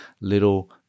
little